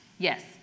Yes